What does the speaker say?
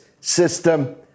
system